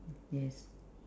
yes